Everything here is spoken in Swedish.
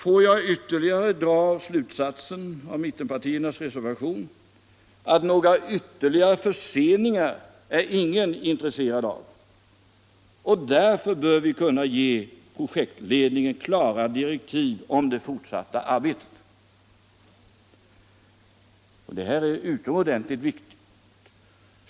Låt mig också dra den slutsatsen av mittenpartiernas reservation att några ytterligare förseningar är ingen intresserad av, och därför bör vi kunna ge projektledningen klara direktiv om det fortsatta arbetet. Det här är utomordentligt viktigt.